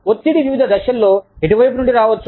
ఒత్తిడి వివిధ దిశలలో ఎటు వైపు నుండిరావచ్చు